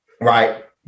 Right